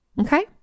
Okay